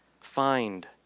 find